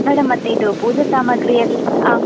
madam ಮತ್ತು ಇದು ಪೂಜೆ ಸಾಮಾಗ್ರಿ ಎಲ್ಲ ಆಂ